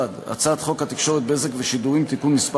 הצעת חוק התקשורת (בזק ושידורים) (תיקון מס'